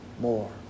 more